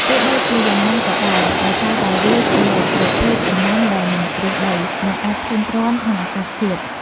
ទោះបីជាយ៉ាងណាក៏ដោយ ដោយសារតែវាជាប្រភេទដំណាំដែលមិនរើសដី និងអាចធន់ទ្រាំនឹងអាកាសធាតុ ។